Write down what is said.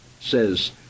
says